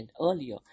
earlier